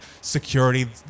security